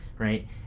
Right